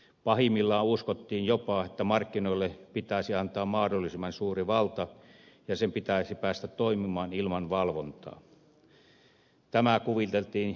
pahimmillaan uskottiin jopa että markkinoille pitäisi antaa mahdollisimman suuri valta ja sen pitäisi päästä toimimaan ilman valvontaa